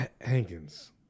Hankins